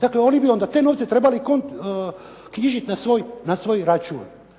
Dakle, oni bi onda te novce trebali knjižiti na svoj račun.